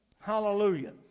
hallelujah